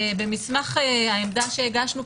במסמך העמדה שהגשנו,